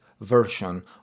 version